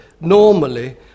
normally